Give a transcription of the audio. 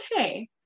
okay